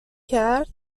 کرد